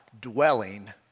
dwelling